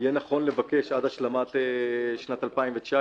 נכון לבקש עד השלמת שנת 2019,